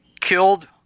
killed